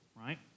right